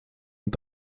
und